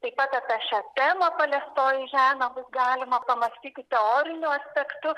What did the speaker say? taip pat apie šią temą paliestoji žemė bus galima pamastyti tik teoriniu aspektu